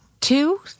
Two